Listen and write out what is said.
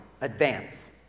advance